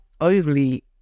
overly